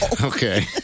Okay